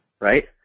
right